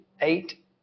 eight